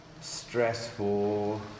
stressful